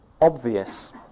obvious